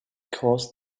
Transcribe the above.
caused